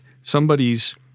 somebody's